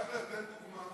אייכלר, תן דוגמה.